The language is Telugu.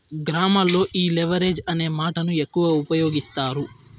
గ్రామాల్లో ఈ లెవరేజ్ అనే మాటను ఎక్కువ ఉపయోగిస్తారు